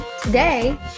Today